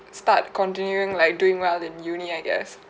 start continuing like doing well in uni I guess